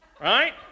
right